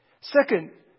Second